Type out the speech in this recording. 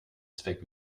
zweck